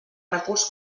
recurs